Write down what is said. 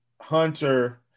Hunter